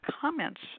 comments